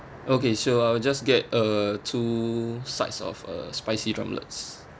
okay so I'll just get uh two sides of uh spicy drumlets